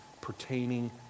pertaining